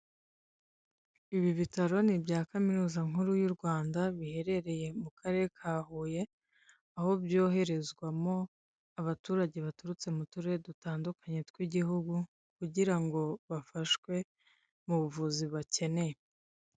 Ibi bitaro ni ibya Kaminuza nkuru y'u Rwanda biherereye mu karere ka Huye, aho byoherezwamo abaturage baturutse mu turere dutandukanye tw'igihugi kugira ngo bafashwe mu buvuzi bakeneye.